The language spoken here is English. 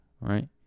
right